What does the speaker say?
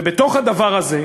ובתוך הדבר הזה,